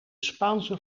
spaanse